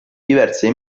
diverse